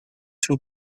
two